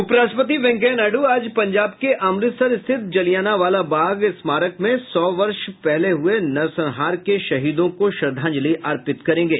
उपराष्ट्रपति वेंकैया नायडू आज पंजाब के अमृतसर स्थित जलियांवाला बाग स्मारक में सौ वर्ष पहले हुये नरसंहार के शहीदों को श्रद्धांजलि अर्पित करेंगे